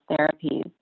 therapies